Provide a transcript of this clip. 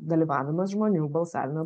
dalyvavimas žmonių balsavime